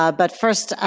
ah but first,